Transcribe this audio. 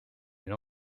elle